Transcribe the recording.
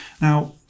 Now